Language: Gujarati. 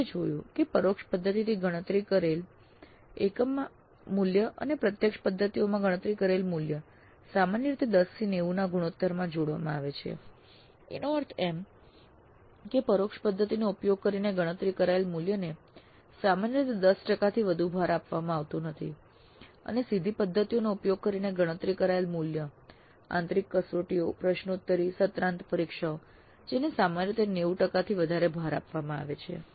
આપણે જોયું કે પરોક્ષ પદ્ધતિથી ગણતરી કરેલ મૂલ્ય અને પ્રત્યક્ષ પદ્ધતિઓમાં ગણતરી કરેલ મૂલ્ય સામાન્ય રીતે 10 થી 90 ના ગુણોત્તરમાં જોડવામાં આવે છે એનો અર્થ એમ કે પરોક્ષ પદ્ધતિનો ઉપયોગ કરીને ગણતરી કરાયેલ મૂલ્યને સામાન્ય રીતે 10 ટકાથી વધુ ભાર આપવામાં આવતો નથી અને સીધી પદ્ધતિઓનો ઉપયોગ કરીને ગણતરી કરાયેલ મૂલ્ય આંતરિક કસોટીઓ પ્રશ્નોત્તરી સત્રાંત પરીક્ષાઓ જેને સામાન્ય રીતે 90 થી વધારે ભાર આપવામાં આવે છે